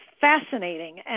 fascinating